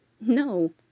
No